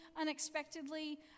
unexpectedly